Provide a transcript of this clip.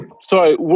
Sorry